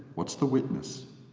what's the witness